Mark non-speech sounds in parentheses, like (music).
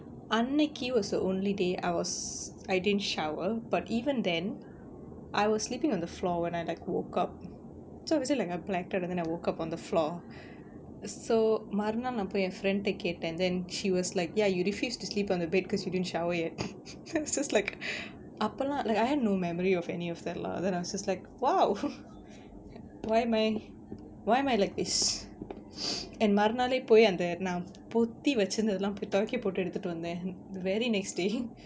அன்னைக்கு:annaikku was the only day I was I didn't shower but even then I was sleeping on the floor when I like woke up so was it like I blacked out then I woke up on the floor so மறுநாள் நா போயி என்:marunaal naa poyi en friend கேட்டேன்:kaettaen then she was like ya you refused to sleep on the bed because you didn't shower yet (laughs) I was just like அப்பெல்லாம்:appellam lah like I had no memory of any of that lah then I was just like !wow! why my why my leg is (noise) and மறுநாளே போயி அந்த நா பொத்தி வெச்சிருந்ததெல்லாம் போய் தொவைக்க போட்டு எடுத்துட்டு வந்தேன்:marunaalae poyi antha naa pothi vechirunthathellam poi thovaikka pottu eduthuttu vanthaen the very next day